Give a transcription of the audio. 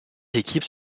équipes